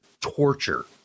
torture